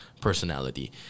personality